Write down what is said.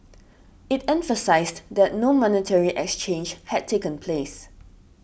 it emphasised that no monetary exchange had taken place